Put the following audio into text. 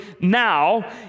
now